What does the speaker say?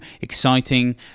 exciting